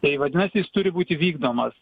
tai vadinasi jis turi būti vykdomas